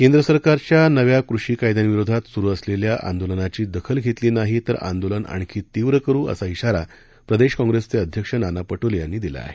केंद्र सरकारच्या नव्या कृषि कायद्यांविरोधात सुरु असलेल्या आंदोलनाची दखल घेतली नाही तर आंदोलन आणखी तीव्र करू असा इशारा प्रदेश काँप्रेसचे अध्यक्ष नाना पटोले यांनी दिला आहे